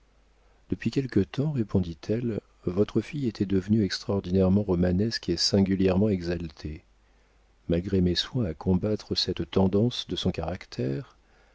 depuis quelque temps répondit-elle votre fille était devenue extraordinairement romanesque et singulièrement exaltée malgré mes soins à combattre cette tendance de son caractère